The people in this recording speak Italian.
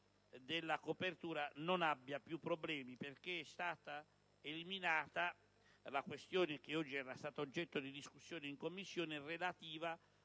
della copertura, perché è stata eliminata la questione, che oggi è stata oggetto di discussione in Commissione, relativa